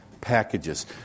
packages